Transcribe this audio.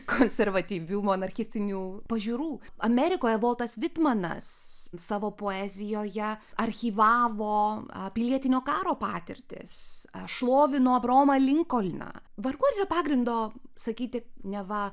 konservatyvių monarchistinių pažiūrų amerikoje voltas vitmanas savo poezijoje archyvavo pilietinio karo patirtis šlovino abraomą linkolną vargu ar yra pagrindo sakyti neva